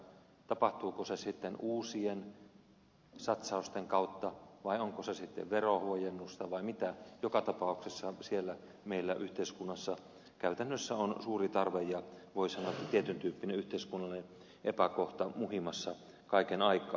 tapahtuuko se sitten uusien satsausten kautta vai onko se sitten verohuojennusta vai mitä joka tapauksessa siellä on meillä yhteiskunnassa käytännössä suuri tarve ja voi sanoa että tietyn tyyppinen yhteiskunnallinen epäkohta muhimassa kaiken aikaa